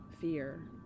fear